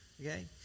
Okay